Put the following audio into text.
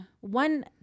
one